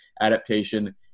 adaptation